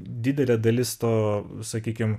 didelė dalis to sakykim